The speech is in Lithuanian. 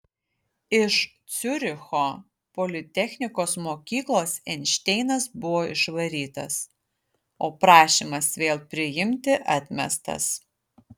iš ciuricho politechnikos mokyklos einšteinas buvo išvarytas o prašymas vėl priimti atmestas